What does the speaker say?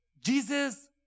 Jesus